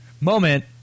moment